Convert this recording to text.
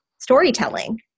storytelling